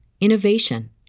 innovation